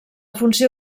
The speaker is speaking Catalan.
funció